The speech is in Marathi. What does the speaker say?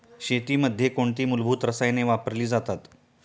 शेतीमध्ये कोणती मूलभूत रसायने वापरली जातात?